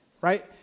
right